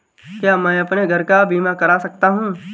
क्या मैं अपने घर का बीमा करा सकता हूँ?